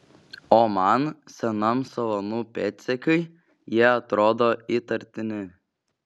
o man senam savanų pėdsekiui jie atrodo įtartini